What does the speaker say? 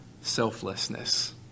selflessness